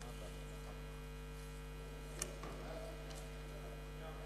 ההצעה להעביר את הצעת חוק לתיקון פקודת הרוקחים (מס' 17)